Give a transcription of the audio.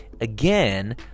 again